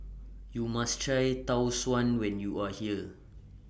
YOU must Try Tau Suan when YOU Are here